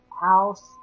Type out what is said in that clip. house